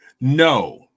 No